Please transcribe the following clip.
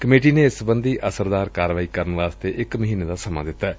committee ਨੇ ਇਸ ਸਬੰਧੀ ਅਸਰਦਾਰ ਕਾਰਵਾਈ ਕਰਨ ਵਾਸਤੇ ਇਕ ਮਹੀਨੇ ਦਾ ਸਮਾਂ ਦਿੱਤੈ